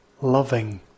loving